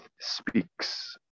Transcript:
speaks